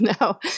no